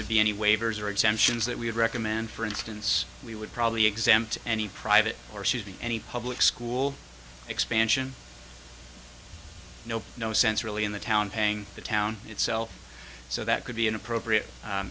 there be any waivers or exemptions that we would recommend for instance we would probably exempt any private or shooting any public school expansion nope no sense really in the town paying the town itself so that could be an appropriate